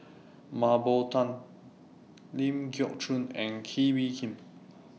Mah Bow Tan Ling Geok Choon and Kee Bee Khim